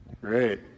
Great